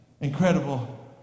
incredible